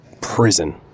prison